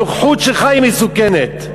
הנוכחות שלך היא מסוכנת.